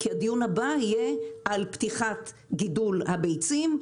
כי הדיון הבא יהיה על פתיחת גידול הביצים,